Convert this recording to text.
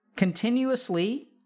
continuously